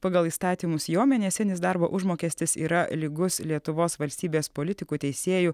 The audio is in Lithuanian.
pagal įstatymus jo mėnesinis darbo užmokestis yra lygus lietuvos valstybės politikų teisėjų